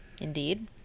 Indeed